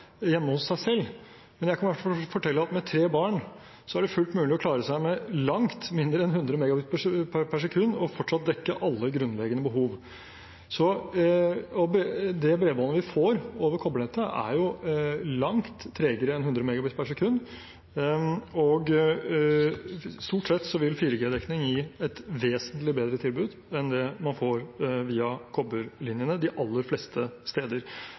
hjemme hos seg selv, men jeg kan i hvert fall fortelle at med tre barn er det fullt mulig å klare seg med langt mindre enn 100 Mbit/s og fortsatt få dekket alle grunnleggende behov. Det bredbåndet vi får over kobbernettet, er langt tregere enn 100 Mbit/s. Stort sett vil 4G-dekning gi et vesentlig bedre tilbud enn det man får via kobberlinjene, de aller fleste